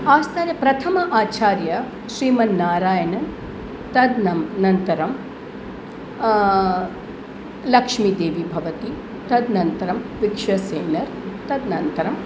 आस्ताने प्रथम आचार्य श्रीमन्नारायण तदनन्तरं लक्ष्मीदेवी भवति तदनन्तरं विश्वक्सेनर् तदनन्तरं